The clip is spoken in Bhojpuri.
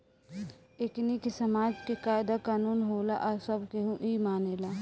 एकनि के समाज के कायदा कानून होला आ सब केहू इ मानेला